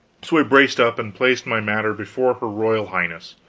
so i braced up and placed my matter before her royal highness.